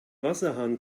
wasserhahn